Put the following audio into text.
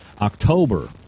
October